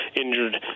injured